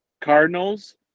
Cardinals